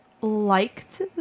liked